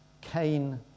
Cain